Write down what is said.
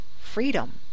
Freedom